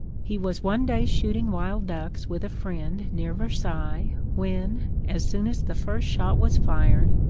he was one day shooting wild ducks with a friend near versailles, when, as soon as the first shot was fired,